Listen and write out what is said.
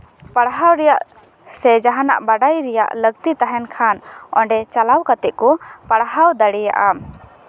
ᱯᱟᱲᱦᱟᱣ ᱨᱮᱭᱟᱜ ᱥᱮ ᱡᱟᱦᱟᱱᱟᱜ ᱵᱟᱰᱟᱭ ᱨᱮᱭᱟᱜ ᱞᱟᱹᱠᱛᱤ ᱛᱟᱦᱮᱱ ᱠᱷᱟᱱ ᱚᱸᱰᱮ ᱪᱟᱞᱟᱣ ᱠᱟᱛᱮᱜ ᱯᱟᱲᱦᱟᱣ ᱫᱟᱲᱮᱭᱟᱜᱼᱟ